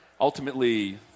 ultimately